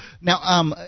Now –